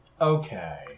Okay